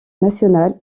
national